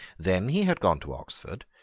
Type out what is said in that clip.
then he had gone to oxford,